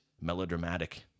melodramatic